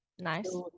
Nice